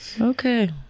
okay